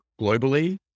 globally